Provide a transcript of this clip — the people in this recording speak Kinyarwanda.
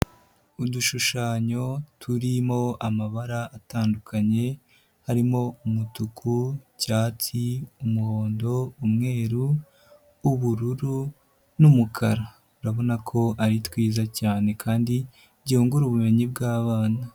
Udushushanyo turimo amabara atandukanye, harimo umutuku icyatsi, umuhondo, umweru, ubururu n'umukara. Urabona ko ari twiza cyane kandi byungura ubumenyi bw'abana.